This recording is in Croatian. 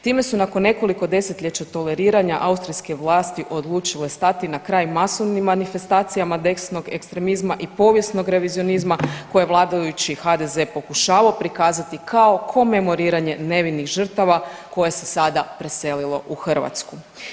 Time su nakon nekoliko desetljeća toleriranja austrijske vlasti odlučile stati na kraj masovnim manifestacijama desnog ekstremizma i povijesnog revizionizma koje vladajući HDZ pokušavao prikazati kao komemoriranje nevinih žrtava koje se sada preselilo u Hrvatsku.